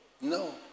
no